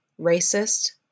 racist